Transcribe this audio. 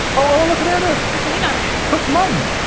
oh look, there it is. put some meat on there. cooked mutton,